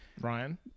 Ryan